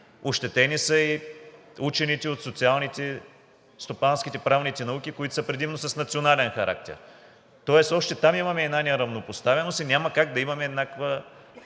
ощетени са и учените от социалните, стопанските и правните науки, които са предимно с национален характер. Тоест още там имаме една неравнопоставеност и няма как да имаме еднакъв